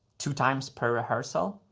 two times per rehearsal.